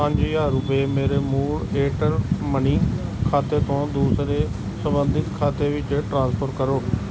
ਪੰਜ ਹਜ਼ਾਰ ਰੁਪਏ ਮੇਰੇ ਮੂਲ ਏਅਰਟੈੱਲ ਮਨੀ ਖਾਤੇ ਤੋਂ ਦੂਸਰੇ ਸੰਬੰਧਿਤ ਖਾਤੇ ਵਿੱਚ ਟ੍ਰਾਂਸਫਰ ਕਰੋ